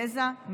גזע,